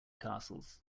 castles